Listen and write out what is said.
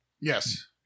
Yes